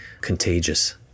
contagious